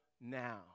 now